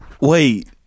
Wait